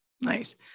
Nice